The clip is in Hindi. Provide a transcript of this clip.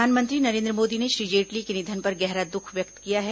प्रधानमंत्री नरेन्द्र मोदी ने श्री जेटली के निधन पर गहरा दुख व्यक्त किया है